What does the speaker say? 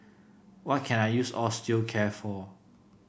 what can I use Osteocare for